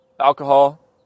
alcohol